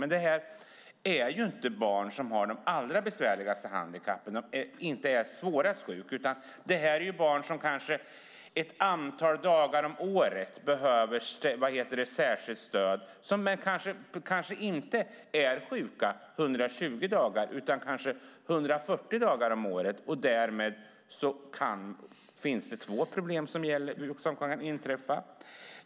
Men det här är inte barn som har de allra besvärligaste handikappen. Det är inte de som de svårast sjuka. Det här är barn som kanske ett antal dagar om året behöver särskilt stöd. De kanske inte är sjuka i 120 dagar, utan i 140 dagar om året. Därmed finns det två problem som kan inträffa.